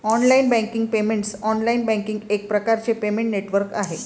online banking payments online banking एक प्रकारचे payment network आहे